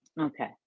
okay